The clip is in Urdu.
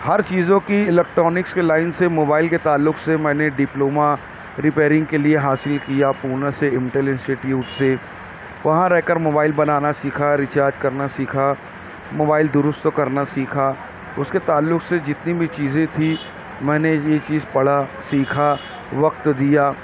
ہر چیزوں کی الیکٹرانکس کے لائن سے موبائل کے تعلق سے میں نے ڈپلوما ریپئرنگ کے لیے حاصل کیا پونہ سے امٹل انسٹیٹیوٹ سے وہاں رہ کر موبائل بنانا سیکھا ریچارج کرنا سیکھا موبائل درست کرنا سیکھا اس کے تعلق سے جتنی بھی چیزیں تھیں میں نے یہ چیز پڑھا سیکھا وقت دیا